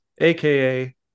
aka